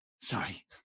sorry